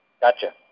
Gotcha